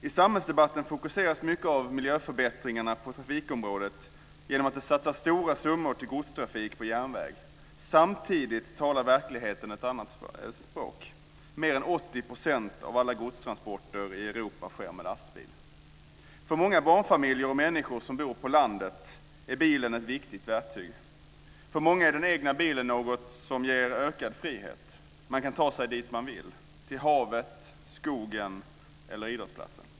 I samhällsdebatten fokuseras mycket av miljöförbättringarna på trafikområdet genom att det satsas stora summor till godstrafik på järnväg. Samtidigt talar verkligheten ett annat språk. Mer än 80 % av alla godstransporter i Europa sker med lastbil. För många barnfamiljer och andra människor som bor på landet är bilen ett viktigt verktyg. För många är den egna bilen något som ger ökad frihet. Man kan ta sig dit man vill - till havet, till skogen eller till idrottsplatsen.